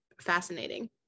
fascinating